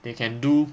they can do